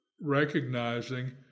recognizing